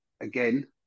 again